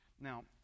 Now